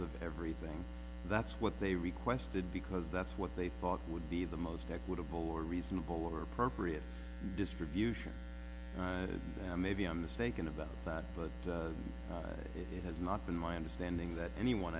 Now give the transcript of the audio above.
of everything that's what they requested because that's what they thought would be the most equitable were reasonable or appropriate distribution maybe i'm mistaken about that but it has not been my understanding that anyone